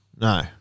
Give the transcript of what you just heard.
No